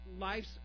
life's